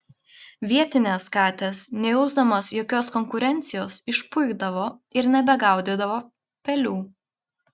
vietinės katės nejausdamos jokios konkurencijos išpuikdavo ir nebegaudydavo pelių